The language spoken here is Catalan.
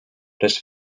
res